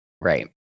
Right